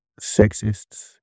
sexists